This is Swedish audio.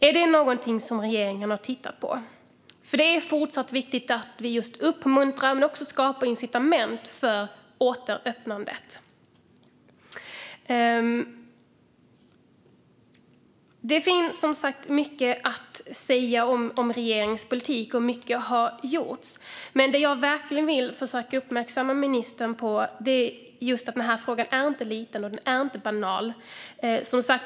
Är det något som regeringen har tittat på? Det är fortfarande viktigt att uppmuntra och skapa incitament för återöppnande. Det finns mycket att säga om regeringens politik, och mycket har gjorts. Men det jag verkligen vill försöka uppmärksamma ministern på är att frågan inte är liten eller banal.